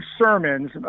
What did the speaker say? sermons